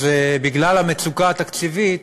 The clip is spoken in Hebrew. אז בגלל המצוקה התקציבית